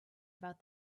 about